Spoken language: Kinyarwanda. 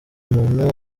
umuntu